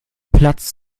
platz